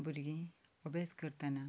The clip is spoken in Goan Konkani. भुरगें अभ्यास करतना